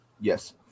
Yes